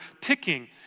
picking